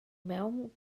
mewn